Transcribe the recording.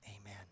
amen